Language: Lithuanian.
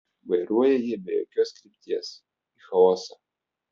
vairuoja jie be jokios krypties į chaosą